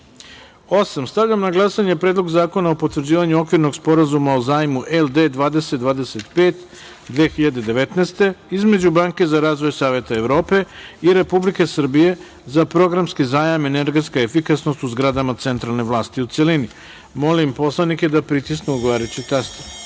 zakona. Stavljam na glasanje Predlog zakona o potvrđivanju Okvirnog sporazuma o zajmu LD 2025 (2019) između Banke za razvoj Saveta Evrope i Republike Srbije za programski zajam-energetska efikasnost u zgradama centralne vlasti, u celini. Molim narodne poslanike da pritisnu odgovarajući taster